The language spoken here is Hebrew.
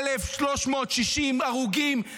1,360 הרוגים,